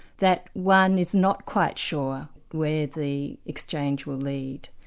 that one is not quite sure where the exchange will lead.